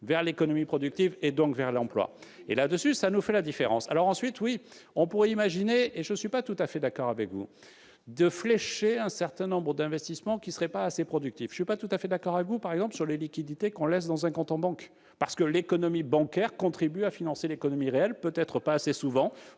vers l'économie productive et, donc, vers l'emploi. C'est là que se situe la différence. Oui, on pourrait imaginer- et je ne suis pas tout à fait d'accord avec vous -de flécher un certain nombre d'investissements qui ne seraient pas assez productifs. Je ne suis pas tout à fait d'accord avec vous, par exemple, sur les liquidités qu'on laisse dans un compte en banque. En effet, l'économie bancaire contribue à financer l'économie réelle ... Comme